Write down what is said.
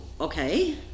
okay